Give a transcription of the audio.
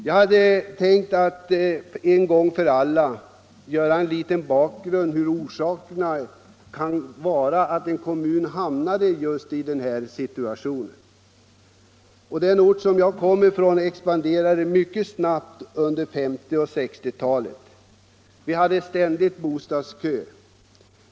Jag hade tänkt att en gång för alla ge bakgrunden till att en kommun kan hamna i en sådan här situation. Den ort som jag kommer från expanderade mycket snabbt under 1950 och 1960-talen. Vi hade ständigt bostadskö.